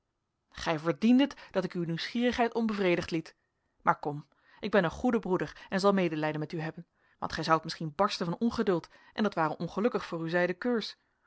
gij verdiendet dat ik uw nieuwsgierigheid onbevredigd liet maar kom ik ben een goede broeder en zal medelijden met u hebben want gij zoudt misschien barsten van ongeduld en dat ware ongelukkig voor uw